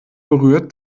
berührt